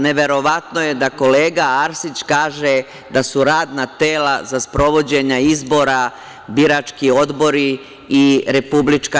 Neverovatno je da kolega Arsić kaže da su radna tela za sprovođenje izbora birački odbori i RIK.